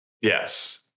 Yes